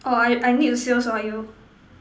orh I I need to say also ah you